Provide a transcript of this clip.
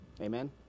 amen